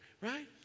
Right